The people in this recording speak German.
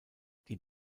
die